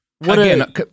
Again